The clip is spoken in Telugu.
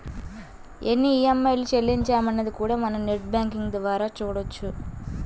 ఎన్ని ఈఎంఐలు చెల్లించామన్నది కూడా మనం నెట్ బ్యేంకింగ్ ద్వారా చూడొచ్చు